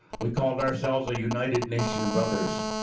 we called ourselves the united nation brothers